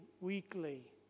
weekly